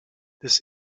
this